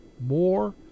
more